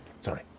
sorry